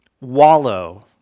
wallow